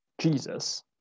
Jesus